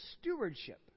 stewardship